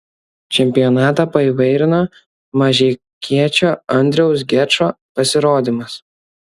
čempionatą paįvairino mažeikiečio andriaus gečo pasirodymas